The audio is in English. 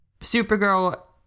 Supergirl